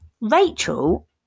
Rachel